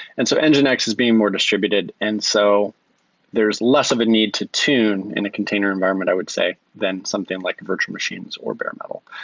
and so and is being more distributed. and so there's less of a need to tune in a container environment, i would say, than something like virtual machines or bare-metal.